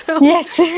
Yes